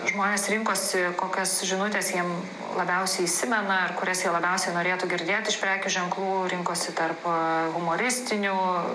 žmonės rinkosi kokias žinutes jiem labiausiai įsimena ar kurias jie labiausiai norėtų girdėti iš prekių ženklų rinkosi tarp a humoristinių